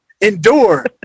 Endure